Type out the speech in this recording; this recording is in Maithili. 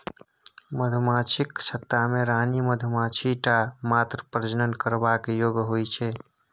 मधुमाछीक छत्ता मे रानी मधुमाछी टा मात्र प्रजनन करबाक योग्य होइ छै